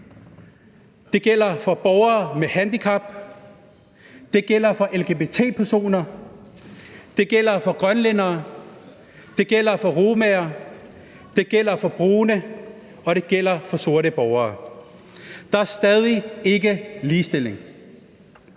det gælder for borgere med handicap, det gælder for lgbt-personer, det gælder for grønlændere, det gælder for romaer, det gælder for brune, og det gælder for sorte borgere. Der er stadig ikke ligestilling.